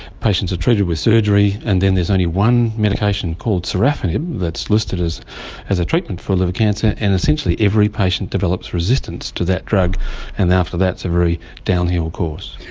patients are treated with surgery, and then there's only one medication called sorafenib that is listed as as a treatment for liver cancer, and essentially every patient develops resistance to that drug and after that it's a very downhill course.